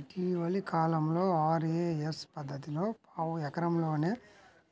ఇటీవలి కాలంలో ఆర్.ఏ.ఎస్ పద్ధతిలో పావు ఎకరంలోనే